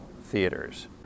theaters